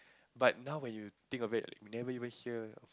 but now when you think of it you never even hear